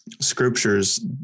Scriptures